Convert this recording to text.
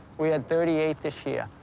we had thirty eight this year.